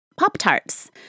Pop-Tarts